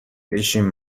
بشین